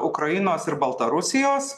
ukrainos ir baltarusijos